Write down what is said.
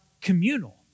communal